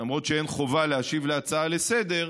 למרות שאין חובה להשיב על הצעה לסדר-היום,